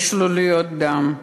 בשלוליות הדם,